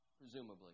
presumably